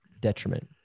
detriment